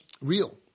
real